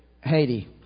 Haiti